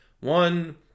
One